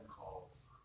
calls